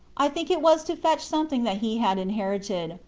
i think it was to fetch something that he had inherited,